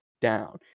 down